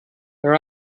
there